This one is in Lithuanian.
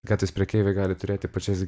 kartais prekeiviai gali turėti pačias